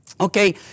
okay